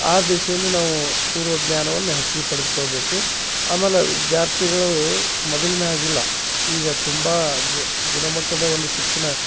ಆ ದೆಸೆಯಲ್ಲಿ ನಾವು ಪೂರ್ವ ಜ್ಞಾನವನ್ನ ಹೆಚ್ಗಿ ಪಡೆದುಕೊಳ್ಳಬೇಕು ಆಮೇಲೆ ವಿದ್ಯಾರ್ಥಿಗಳು ಮೊದಲಿನ ಹಾಗಿಲ್ಲ ಈಗ ತುಂಬಾ ಗುಣಮಟ್ಟದ ಒಂದು ಶಿಕ್ಷಣ